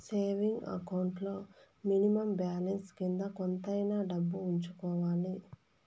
saving account లో minimum balance కింద కొంతైనా డబ్బు ఉంచుకోవాలి